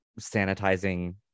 sanitizing